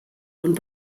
und